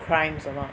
crimes anot